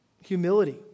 humility